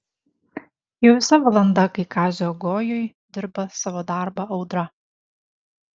jau visa valanda kai kazio gojuj dirba savo darbą audra